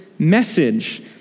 Message